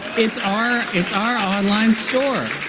it's our it's our online store.